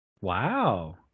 wow